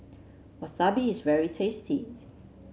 Wasabi is very tasty